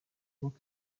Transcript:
congo